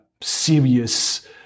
serious